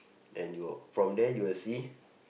at your from there you'll see